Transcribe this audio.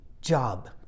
job